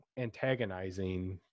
antagonizing